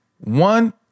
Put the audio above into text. One